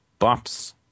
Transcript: bops